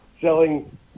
selling